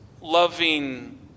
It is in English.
loving